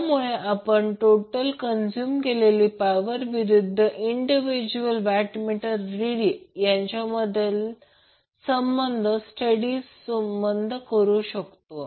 त्यामुळे आपण total consume केलेली पॉवर विरुद्ध इंडिव्हिज्युअल वॅटमीटर रिड यांच्यातील संबंध स्टेडी करू शकतो